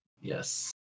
Yes